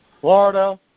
Florida